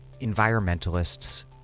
environmentalists